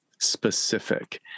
specific